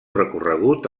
recorregut